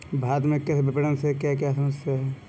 भारत में कृषि विपणन से क्या क्या समस्या हैं?